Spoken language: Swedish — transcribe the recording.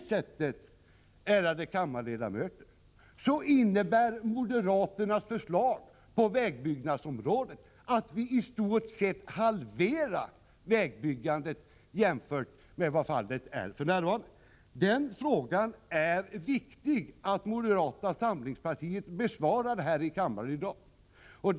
Är det så, ärade kammarledamöter, då innebär moderaternas förslag på vägbyggnadsområdet att vägbyggandet i stort sett halveras jämfört med vad som är fallet för närvarande. Det är viktigt att moderata samlingspartiet i dag besvarar den frågan här i kammaren.